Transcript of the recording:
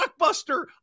blockbuster